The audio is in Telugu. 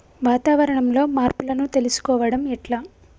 వాతావరణంలో మార్పులను తెలుసుకోవడం ఎట్ల?